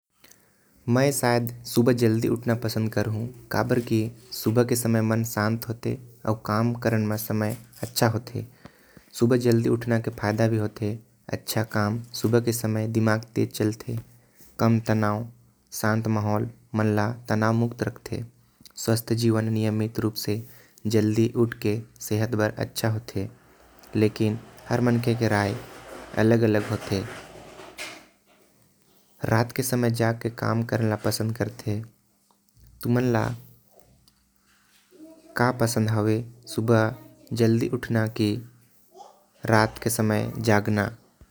मैं सुबह जल्दी उठना पसंद करहु कहे कि सुबह मन शान्त होथे। कम तनाव शांत माहौल अउ। स्वस्थ जीवन के लिए भी जल्दी उठना सही हवे। लेकिन कुछ मन ल रात के जगना पसंद होथे जेमन रात के काम करथे।